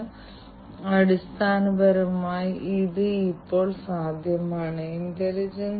എന്നിട്ട് അതിന്റെ സമഗ്രമായ വീക്ഷണം നേടുകയും ഈ കണക്റ്റിവിറ്റി പ്രശ്നം മൂലമാണ് ഇതെല്ലാം സാധ്യമാകുന്നത് ഞാൻ നിങ്ങളോട് നേരത്തെ പറഞ്ഞതാണ്